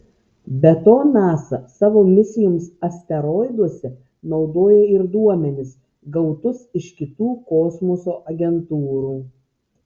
be to nasa savo misijoms asteroiduose naudoja ir duomenis gautus iš kitų kosmoso agentūrų